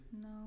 No